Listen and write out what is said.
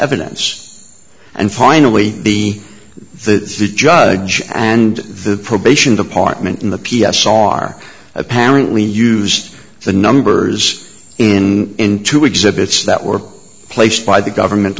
evidence and finally the the judge and the probation department in the p s r apparently used the numbers in into exhibits that were placed by the government